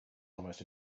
almost